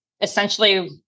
essentially